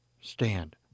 stand